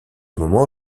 moment